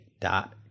dot